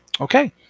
Okay